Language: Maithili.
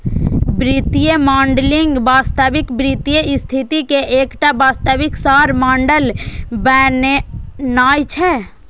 वित्तीय मॉडलिंग वास्तविक वित्तीय स्थिति के एकटा वास्तविक सार मॉडल बनेनाय छियै